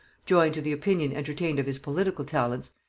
joined to the opinion entertained of his political talents,